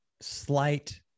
slight